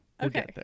Okay